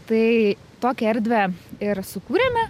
tai tokią erdvę ir sukūrėme